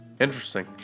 Interesting